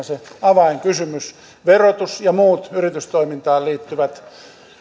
se avainkysymys verotus ja muut yritystoimintaan liittyvät